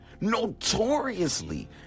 notoriously